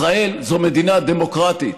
ישראל זו מדינה דמוקרטית,